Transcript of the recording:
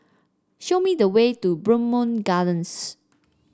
show me the way to Bowmont Gardens